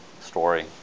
story